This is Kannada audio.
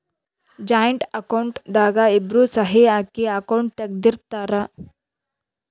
ಜಾಯಿಂಟ್ ಅಕೌಂಟ್ ದಾಗ ಇಬ್ರು ಸಹಿ ಹಾಕಿ ಅಕೌಂಟ್ ತೆಗ್ದಿರ್ತರ್